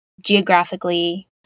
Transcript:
geographically